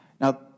Now